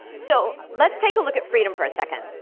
so, let's take a look at freedom for a second.